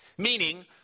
Meaning